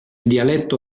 dialetto